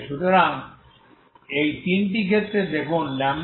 সুতরাং এই তিনটি ক্ষেত্রে দেখুন λ2